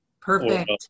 Perfect